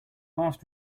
last